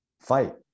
fight